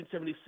1976